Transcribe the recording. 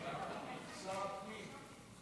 לשר הפנים.